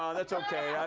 um that's ok.